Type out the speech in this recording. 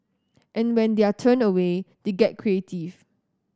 and when they are turned away they get creative